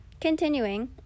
continuing